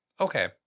Okay